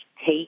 take